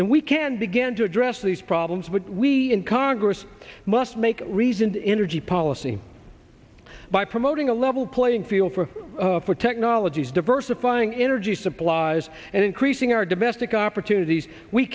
and we can begin to address these problems but we can congress must make reasoned in a g policy by promoting a level playing field for for technologies diversifying inner g supplies and increasing our domestic opportunities we